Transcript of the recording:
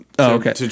Okay